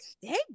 hey